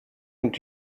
und